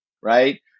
Right